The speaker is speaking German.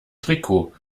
trikot